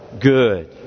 Good